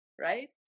right